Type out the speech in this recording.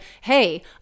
hey